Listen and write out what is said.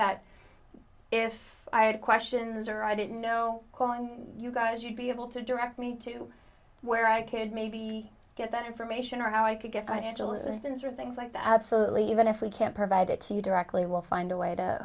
that if i had questions or i didn't know calling you guys you'd be able to direct me to where i could maybe get that information or how i could get still assistance or things like that absolutely even if we can't provide it to you directly will find a way to